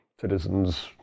citizens